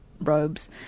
robes